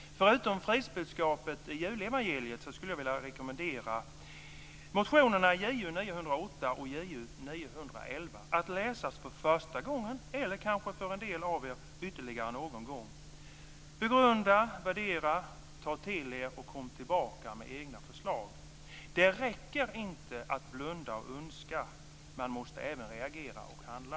Förutom fridsbudskapet i julevangeliet skulle jag vilja rekommendera motionerna Ju908 och Ju911 till läsning - för första gången för en del av er och kanske för andra gången för några. Begrunda, värdera och ta till er detta och kom sedan tillbaka med egna förslag! Det räcker inte att blunda och önska. Man måste även reagera och handla.